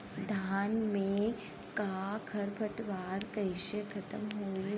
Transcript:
धान में क खर पतवार कईसे खत्म होई?